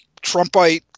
Trumpite